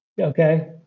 Okay